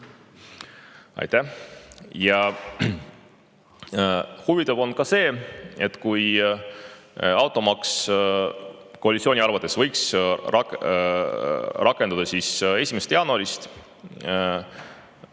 Aitäh! Huvitav on ka see, et kui automaks koalitsiooni arvates võiks rakenduda 1. jaanuarist